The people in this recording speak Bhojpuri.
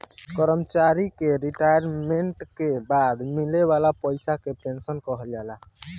कर्मचारी के रिटायरमेंट के बाद मिले वाला पइसा के पेंशन कहल जाला